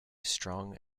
strong